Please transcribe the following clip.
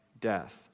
death